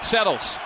Settles